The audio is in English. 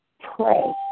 pray